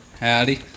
Howdy